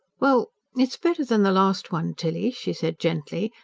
well. it's better than the last one, tilly, she said gently,